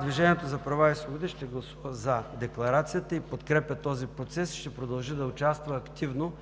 „Движението за права и свободи“ ще гласува „за“ Декларацията, подкрепя този процес и ще продължи да участва активно